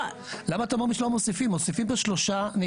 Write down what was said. למה אתם אומרים שלא מוסיפים?